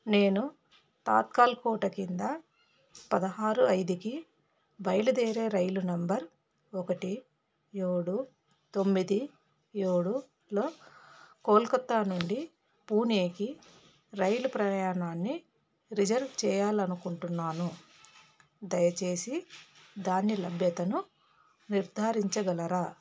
నేను తాత్కాల్ కోట కింద పదహారు ఐదుకి బయలుదేరే రైలు నెంబర్ ఒకటి ఏడు తొమ్మిది ఏడులో కోల్కత్తా నుండి పూణేకి రైలు ప్రయాణాన్ని రిజర్వ్ చేయాలి అనుకుంటున్నాను దయచేసి దాని లభ్యతను నిర్ధారించగలరా